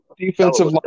Defensive